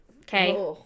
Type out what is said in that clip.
Okay